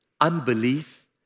Unbelief